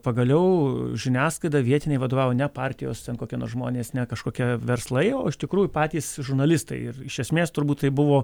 pagaliau žiniasklaida vietiniai vadovavo ne partijos ten kokie nors žmonės ne kažkokia verslai o iš tikrųjų patys žurnalistai ir iš esmės turbūt tai buvo